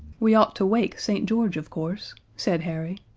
we ought to wake st. george, of course, said harry.